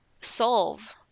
solve